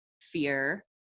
fear